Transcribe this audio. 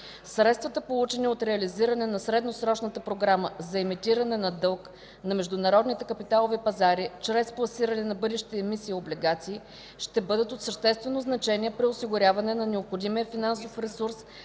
Средствата, получени от реализиране на средносрочната програма за емитиране на дълг на международните капиталови пазари чрез пласиране на бъдещи емисии облигации, ще бъдат от съществено значение при осигуряване на необходимия финансов ресурс